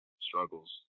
struggles